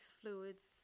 fluids